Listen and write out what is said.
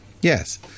Yes